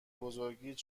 بزرگیت